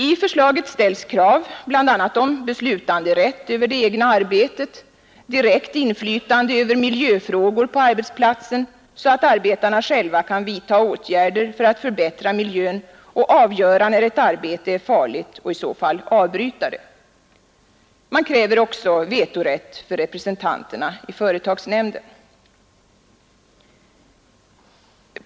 I förslaget ställs bl.a. krav på beslutanderätt över det egna arbetet, direkt inflytande över miljöfrågor på arbetsplatsen, så att arbetarna själva kan vidta åtgärder för att förbättra miljön och avgöra när arbetet är farligt och i så fall avbryta det, och vetorätt för representanterna i företagsnämnder.